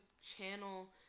channel